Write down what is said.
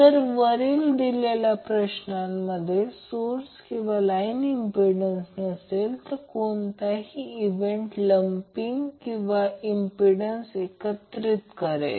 जर वरील दिलेल्या प्रश्नांमध्ये सोर्स किंवा लाईन इंम्प्पिडन्स नसेल कोणताही इव्हेंट लंपिंग इंम्प्पिडन्स एकत्र करेल